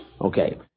Okay